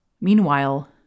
Meanwhile